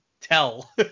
tell